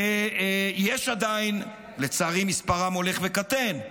ויש עדיין, לצערי, מספרם הולך וקטן,